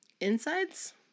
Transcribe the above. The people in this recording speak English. insides